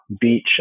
beach